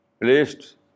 placed